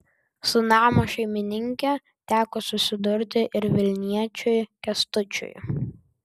su namo šeimininke teko susidurti ir vilniečiui kęstučiui